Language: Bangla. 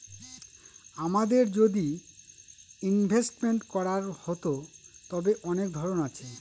আমাদের যদি ইনভেস্টমেন্ট করার হতো, তবে অনেক ধরন আছে